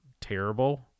terrible